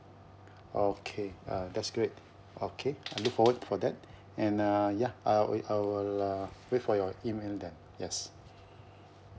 okay uh that's great okay I look forward for that and uh ya I'll I'll wait for your email then yes